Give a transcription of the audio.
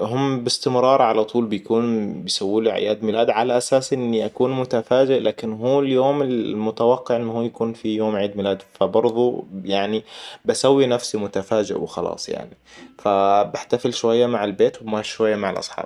هم بإستمرار على طول بيكون بيسووا له أعياد ميلاد على أساس إني أكون متفاجئ لكن هو اليوم ال-المتوقع إن هو يكون في يوم عيد ميلاده. فبرضو يعني بسوي نفسي متفاجئ وخلاص يعني. فبحتفل شوية مع البيت و شوية مع الأصحاب